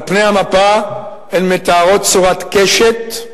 על פני המפה הן מתארות צורת קשת,